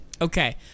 okay